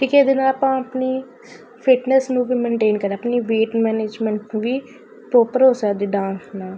ਠੀਕ ਹੈ ਇਹਦੇ ਨਾਲ ਆਪਾਂ ਆਪਣੀ ਫਿਟਨੈਸ ਨੂੰ ਵੀ ਮੈਨਟੇਨ ਕਰ ਆਪਣੀ ਵੇਟ ਮੈਨੇਜਮੈਂਟ ਵੀ ਪ੍ਰੋਪਰ ਹੋ ਸਕਦੀ ਡਾਂਸ ਨਾਲ